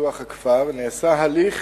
ופיתוח הכפר נעשה הליך